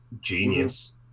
genius